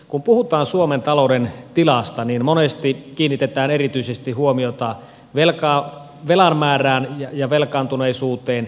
kun puhutaan suomen talouden tilasta niin monesti kiinnitetään erityisesti huomiota velan määrään ja velkaantuneisuuteen